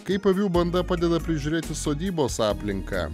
kaip avių banda padeda prižiūrėti sodybos aplinką